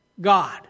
God